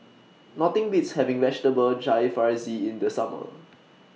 Nothing Beats having Vegetable Jalfrezi in The Summer